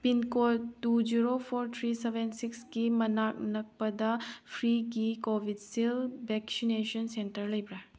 pincode two zero four three seven ꯁꯤꯛꯁꯛꯤ ꯃꯅꯥꯛ ꯅꯛꯄꯗ ꯐ꯭ꯔꯤꯒꯤ ꯀꯣꯕꯤꯠꯁꯤꯜ ꯕꯦꯛꯁꯤꯅꯦꯁꯟ ꯁꯦꯟꯇ꯭ꯔ ꯂꯩꯕ꯭ꯔꯥ